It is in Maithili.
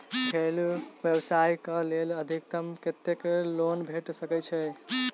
घरेलू व्यवसाय कऽ लेल अधिकतम कत्तेक लोन भेट सकय छई?